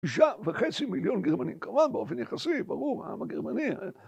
שעה וחצי מיליון גרמנים, כמובן באופן יחסי, ברור, העם הגרמני